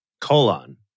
colon